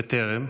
בטרם.